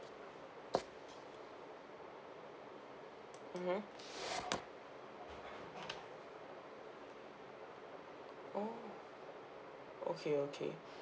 mmhmm oh okay okay